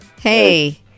Hey